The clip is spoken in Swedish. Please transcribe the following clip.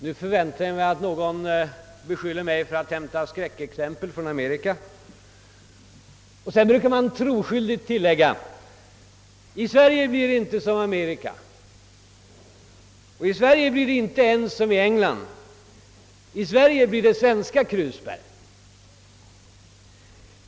Nu förväntar jag att någon beskyller mig för att hämta skräckexempel från Amerika, och man brukar också troskyldigt tillägga, att i Sverige blir det inte som i Amerika, inte ens som i England. I Sverige blir det svenska krusbär.